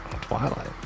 Twilight